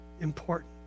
important